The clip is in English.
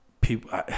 People